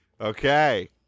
Okay